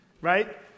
Right